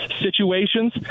situations